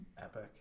Epic